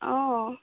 অ